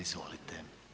Izvolite.